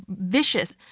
vicious.